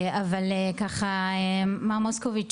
אבל ככה מר מוסקוביץ,